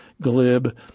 glib